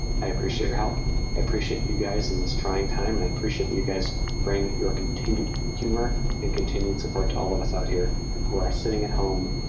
i appreciate your help. i appreciate you guys in this trying time and i appreciate that you guys bring your continued humor and continued support to all of us out here who are sitting at home.